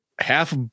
half